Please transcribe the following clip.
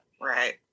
Right